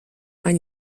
ein